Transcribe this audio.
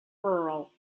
earl